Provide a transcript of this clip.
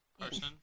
person